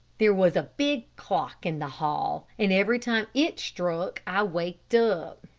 there was a big clock in the hall, and every time it struck i waked up.